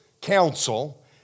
council